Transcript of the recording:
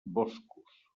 boscos